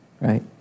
right